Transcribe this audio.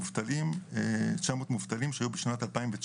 מובטלים שעברו הכשרה מקצועית שהיו בשנת 2019,